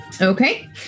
Okay